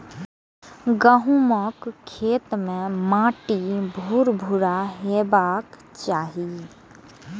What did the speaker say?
गहूमक खेत के माटि भुरभुरा हेबाक चाही